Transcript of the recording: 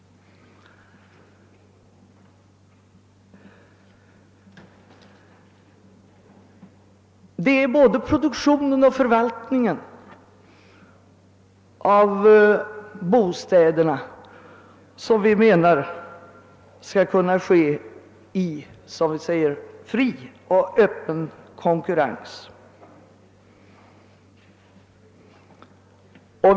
Både produktionen och förvaltningen av bostäderna menar vi skall kunna ske »i fri och öppen konkurrens», som vi säger.